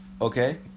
okay